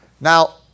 Now